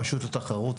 רשות התחרות,